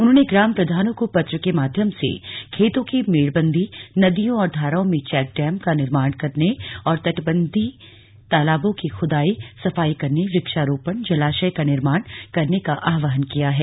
उन्होंने ग्राम प्रधानों को पत्र के माध्यम से खेतों की मेड़बन्दी नदियों और धाराओं में चेकडैम का निर्माण करने और तटबंधी तालाबों की खुदाई सफाई करने वुक्षारोपण जलाशय का निर्माण करने का आह्वान किया है